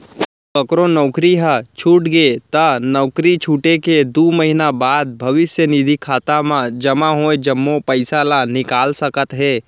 ककरो नउकरी ह छूट गे त नउकरी छूटे के दू महिना बाद भविस्य निधि खाता म जमा होय जम्मो पइसा ल निकाल सकत हे